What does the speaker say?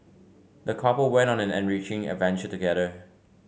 the couple went on an enriching adventure together